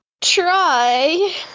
try